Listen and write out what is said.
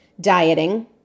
dieting